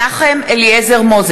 (קוראת בשמות חבר הכנסת) מנחם אליעזר מוזס,